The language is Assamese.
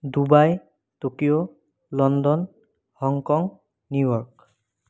Dubai Tokyo London Hong Kong New York